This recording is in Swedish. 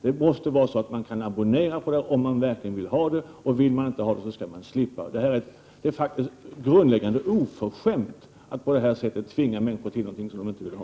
Man skall kunna abonnera på kabel-TV, om man verkligen vill ha utbudet, och vill man inte ha det skall man slippa. Det är i grunden oförskämt att på detta sätt tvinga på människor någonting som de inte vill ha.